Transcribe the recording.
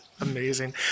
amazing